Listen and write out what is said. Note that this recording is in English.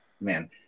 man